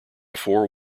four